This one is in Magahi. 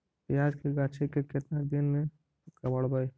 प्याज के गाछि के केतना दिन में कबाड़बै?